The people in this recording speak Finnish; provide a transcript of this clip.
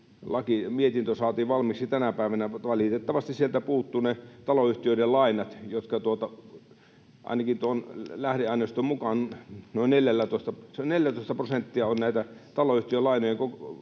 ‑mietintö saatiin valmiiksi tänä päivänä, mutta valitettavasti sieltä puuttuvat ne taloyhtiöiden lainat. Ainakin tuon lähdeaineiston mukaan noin 14 prosenttia on näitä taloyhtiölainoja lainojen